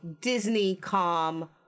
Disney-com